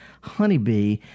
honeybee